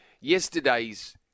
yesterday's